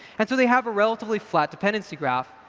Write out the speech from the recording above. and so they have a relatively flat dependency graph.